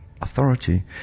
Authority